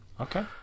Okay